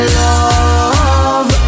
love